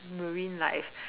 marine life